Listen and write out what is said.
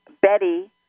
Betty